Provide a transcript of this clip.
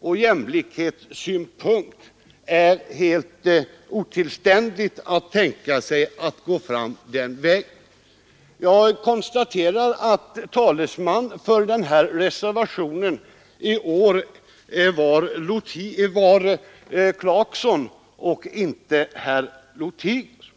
och jämlikhetssynpunkt är helt olämpligt att tänka sig att gå fram den vägen. Jag konstaterar att talesman för reservationen i år var herr Clarkson och inte herr Lothigius.